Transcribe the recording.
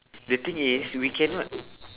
the thing is we cannot